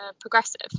progressive